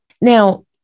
Now